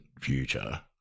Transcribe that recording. future